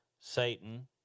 Satan